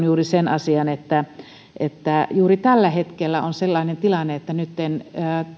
juuri sen asian että että juuri tällä hetkellä on sellainen tilanne että nytten